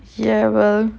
ya well